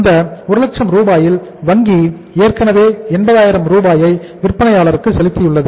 அந்த 1 லட்சம் ரூபாயில் வங்கி ஏற்கனவே 80000 ரூபாயை விற்பனையாளருக்கு செலுத்தியுள்ளது